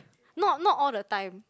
not not all the time